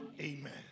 amen